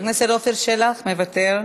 מוותר.